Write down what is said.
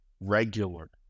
regular